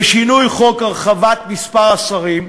בשינוי החוק להרחבת מספר השרים,